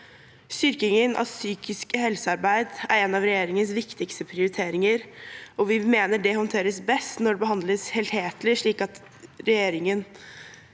Styrking av psykisk helsearbeid er en av regjeringens viktigste prioriteringer, og det håndteres best når det behandles helhetlig, slik at regjeringen